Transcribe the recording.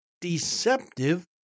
deceptive